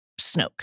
Snoke